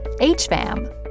HFAM